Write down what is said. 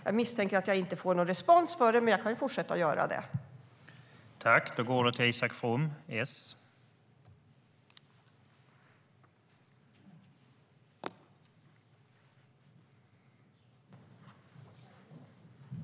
Jag misstänker att jag inte får någon respons, men jag kan fortsätta göra det.